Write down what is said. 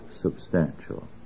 substantial